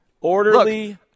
Orderly